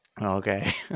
Okay